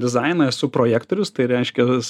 dizainą esu projektorius tai reiškias